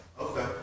Okay